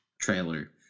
trailer